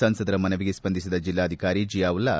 ಸಂಸದರ ಮನವಿಗೆ ಸ್ವಂದಿಸಿದ ಜೆಲ್ಲಾಧಿಕಾರಿ ಜೆಯಾವುಲ್ಲಾ